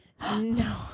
No